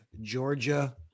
Georgia